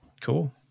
Cool